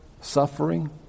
suffering